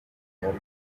held